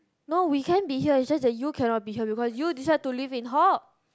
no we can be here it's just that you cannot be here because you decide to live in hall